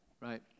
right